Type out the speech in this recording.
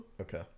Okay